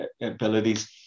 abilities